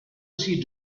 see